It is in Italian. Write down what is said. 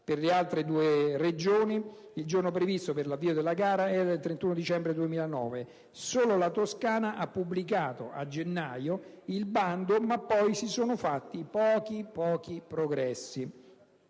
Per le altre due Regioni il giorno previsto per l'avvio della gara era il 31 dicembre 2009. Solo la Toscana ha pubblicato (a gennaio) il bando, ma poi si sono fatti pochi progressi.